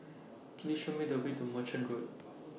Please Show Me The Way to Merchant Road